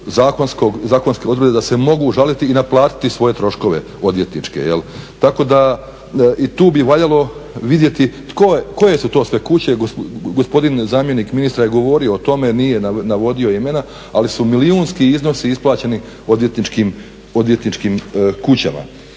zakonske odredbe da se mogu žaliti i naplatiti svoje troškove odvjetničke. Tako da i tu bi valjalo vidjeti koje su to sve kuće. Gospodin zamjenik ministra je govorio o tome, nije navodio imena. Ali su milijunski iznosi isplaćeni odvjetničkim kućama.